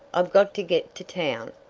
i've got to git to town!